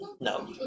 No